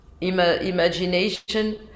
imagination